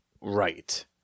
right